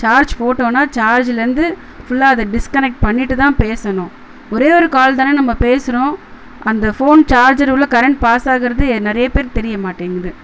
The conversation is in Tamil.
சார்ஜ் போட்டோம்னா சார்ஜ்லேருந்து ஃபுல்லாக அதை டிஸ்கனெக்ட் பண்ணிட்டு தான் பேசணும் ஒரே ஒரு கால் தானே நம்ம பேசுகிறோம் அந்த ஃபோன் சார்ஜர் உள்ள கரண்ட் பாஸ் ஆகிறது எ நிறைய பேர் தெரிய மாட்டேங்கிது